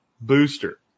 booster